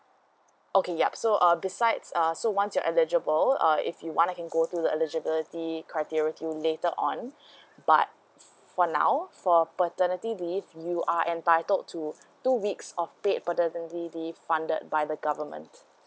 okay yup so uh besides err so once you're eligible uh if you want I can go to the eligibility criteria to later on but for now for paternity leave you are entitled to two weeks of paid paternity leave funded by the government